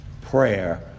prayer